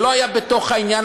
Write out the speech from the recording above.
שלא היה בתוך העניין,